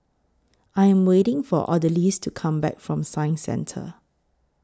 I Am waiting For Odalys to Come Back from Science Centre